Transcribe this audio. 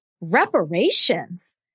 Reparations